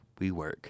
WeWork